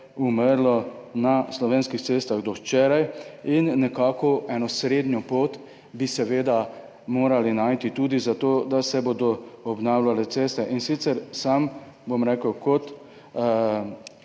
umrlo na slovenskih cestah do včeraj. Eno srednjo pot bi seveda morali najti tudi za to, da se bodo obnavljale ceste. In sicer, sam, bom rekel, kot